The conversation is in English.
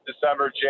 December